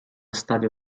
stadio